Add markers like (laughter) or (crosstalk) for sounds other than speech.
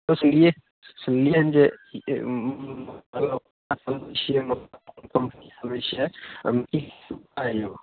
सुनलिए सुनलिए ने जे (unintelligible)